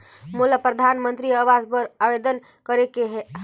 मोला परधानमंतरी आवास बर आवेदन करे के हा?